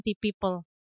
people